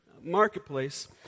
marketplace